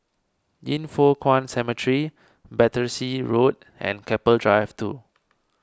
Yin Foh Kuan Cemetery Battersea Road and Keppel Drive two